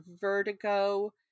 vertigo